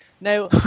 Now